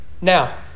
Now